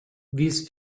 these